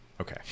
Okay